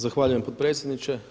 Zahvaljujem potpredsjedniče.